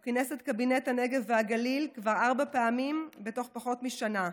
הוא כינס את קבינט הנגב והגליל כבר ארבע פעמים בתוך פחות משנה,